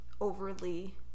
overly